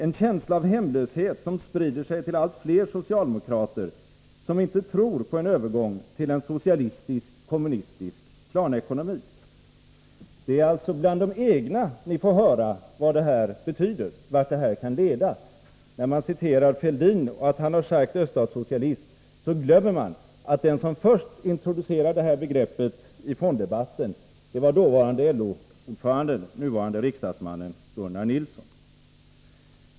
En känsla av hemlöshet som sprider sig till allt fler socialdemokrater som inte tror på en övergång till en socialistisk-kommunistisk planekonomi.” Det är alltså bland de egna ni får höra vad detta förslag betyder och vart det kan leda. Man citerar Fälldin som talat om öststatssocialism, men man glömmer att den som först introducerade detta begrepp i fonddebatten var dåvarande LO-ordföranden nuvarande riksdagsmannen Gunnar Nilsson.